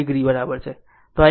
9 o બરાબર છે આ એક રીત છે